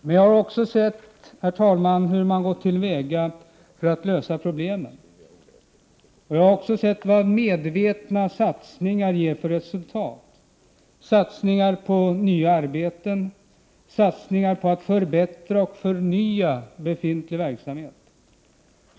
Men jag har också sett hur man gått till väga för att lösa problemen och vad medvetna satsningar ger för resultat, satsningar på nya arbeten och på att förbättra och förnya befintlig verksamhet.